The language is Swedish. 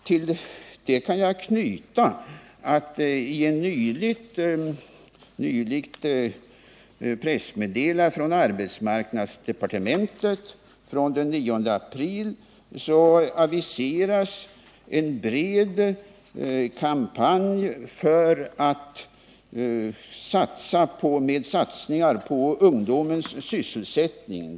Till detta kan jag knyta att i ett pressmeddelande från arbetsmarknadsdepartementet den 9 april aviserades en bred kampanj för satsningar på ungdomens sysselsättning.